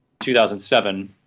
2007